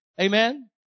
amen